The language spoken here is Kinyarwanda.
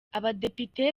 abadepite